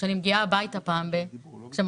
כשאני מגיעה הביתה בלילה אני עדיין,